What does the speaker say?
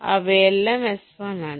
ഇവയെല്ലാം S1 ആണ്